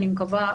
אני מקווה,